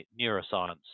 Neuroscience